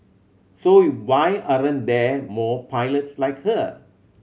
so why aren't there more pilots like her